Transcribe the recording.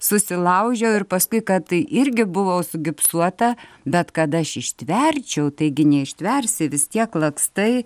susilaužiau ir paskui kad irgi buvo sugipsuota bet kad aš ištverčiau taigi neištversi vis tiek lakstai